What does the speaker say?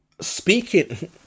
speaking